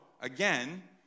again